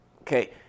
Okay